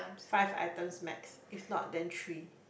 five items max if not then three